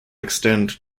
extend